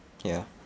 ya